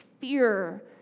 fear